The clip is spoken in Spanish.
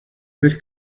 vez